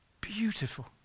Beautiful